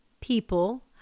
people